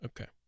Okay